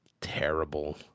terrible